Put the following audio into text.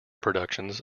productions